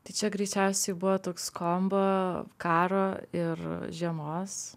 tai čia greičiausiai buvo toks kombo karo ir žiemos